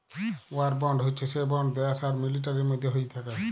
war bond হচ্যে সে bond দ্যাশ আর মিলিটারির মধ্যে হ্য়েয় থাক্যে